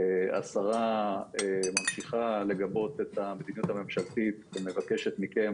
השרה ממשיכה לגבות את המדיניות הממשלתית ומבקשת מכם